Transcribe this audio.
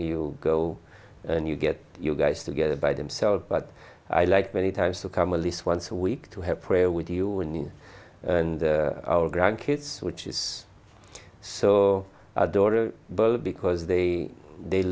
you go and you get your guys together by themselves but i like many times to come a least once a week to have prayer with you when our grandkids which is so our daughter both because they they